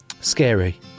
scary